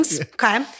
Okay